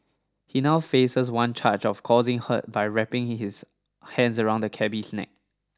he now faces one charge of causing hurt by wrapping his hands around the cabby's neck